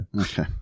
Okay